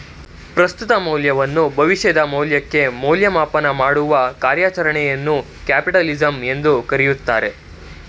ಪ್ರಸ್ತುತ ಮೌಲ್ಯವನ್ನು ಭವಿಷ್ಯದ ಮೌಲ್ಯಕ್ಕೆ ಮೌಲ್ಯಮಾಪನ ಮಾಡುವ ಕಾರ್ಯಚರಣೆಯನ್ನು ಕ್ಯಾಪಿಟಲಿಸಂ ಎಂದು ಕರೆಯುತ್ತಾರೆ